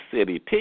city